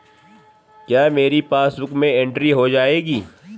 क्या मेरी पासबुक में एंट्री हो जाएगी?